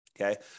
Okay